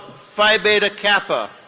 phi beta kappa,